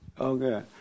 Okay